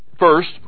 First